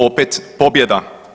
Opet pobjeda.